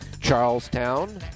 Charlestown